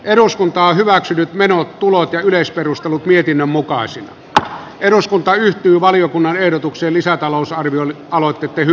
eduskunta on hyväksynyt lisätalousarvioehdotuksen mietinnön mukaan se että eduskunta yhtyi valiokunnan ehdotukseen lisätalousarvion aloitti tehy